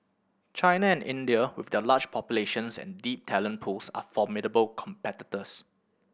China and India with their large populations and deep talent pools are formidable competitors